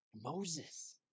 Moses